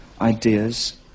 ideas